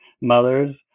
mothers